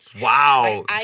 Wow